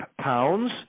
pounds